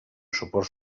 suport